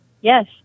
Yes